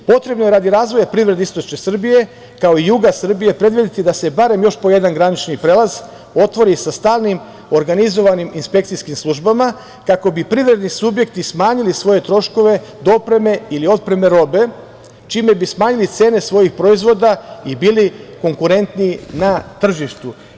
Potrebno je radi razvoja privrede istočne Srbije, kao i juga Srbije predvideti da se barem još po jedan granični prelaz otvori sa stalnim organizovanim inspekcijskim službama, kako bi privredni subjekti smanjili svoje troškove dopreme ili otpreme robe, čime bi smanjili cene svojih proizvoda i bili konkurentniji na tržištu.